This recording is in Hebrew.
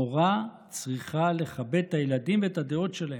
מורה צריכה לכבד את הילדים ואת הדעות שלהם.